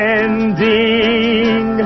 ending